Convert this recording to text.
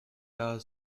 der